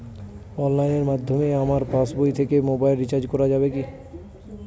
অনলাইনের মাধ্যমে আমার পাসবই থেকে মোবাইল রিচার্জ করা যাবে কি?